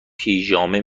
پیژامه